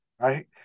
right